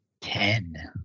Ten